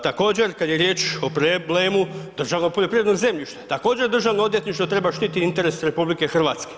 Također kada je riječ o problemu državnog poljoprivrednog zemljišta, također državno odvjetništvo treba štititi interese RH.